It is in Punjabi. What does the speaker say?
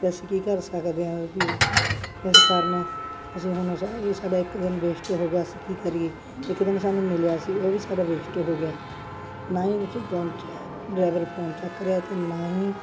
ਅਸੀਂ ਕੀ ਕਰ ਸਕਦੇ ਹਾਂ ਵੀ ਇਸ ਕਾਰਨ ਅਸੀਂ ਹੁਣ ਸਾ ਇਹ ਸਾਡਾ ਇੱਕ ਦਿਨ ਵੇਸਟ ਹੋ ਗਿਆ ਅਸੀਂ ਕੀ ਕਰੀਏ ਇੱਕ ਦਿਨ ਸਾਨੂੰ ਮਿਲਿਆ ਸੀ ਉਹ ਵੀ ਸਾਡਾ ਵੇਸਟ ਹੋ ਗਿਆ ਨਾ ਹੀ ਉੱਥੇ ਪਹੁੰਚਿਆ ਡਰਾਈਵਰ ਫੋਨ ਚੱਕ ਰਿਹਾ ਅਤੇ ਨਾ ਹੀ